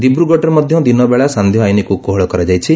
ଦିବ୍ରଗଡ଼ରେ ମଧ୍ୟ ଦିନବେଳା ସାନ୍ଧ୍ୟ ଆଇନକୁ କୋହଳ କରାଯାଇଛି